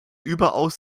überaus